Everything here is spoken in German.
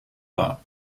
war